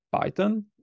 Python